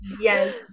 Yes